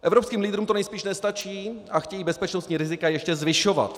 Evropským lídrům to nejspíš nestačí a chtějí bezpečnostní rizika ještě zvyšovat.